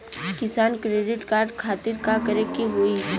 किसान credit card खातिर का करे के होई?